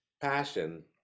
Passion